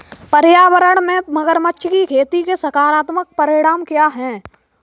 पर्यावरण में मगरमच्छ की खेती के सकारात्मक परिणाम क्या हैं?